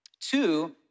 Two